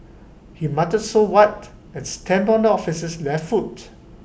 he muttered so what and stamped on the officer's left foot